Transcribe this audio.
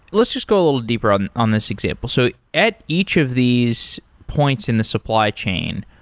let's just go a little deeper on and on this example. so at each of these points in the supply chain,